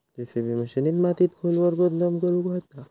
JCB मशिनीन मातीत खोलवर खोदकाम करुक येता